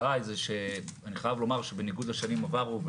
אני חייב לומר שבניגוד לשנים עברו,